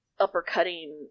uppercutting